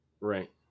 right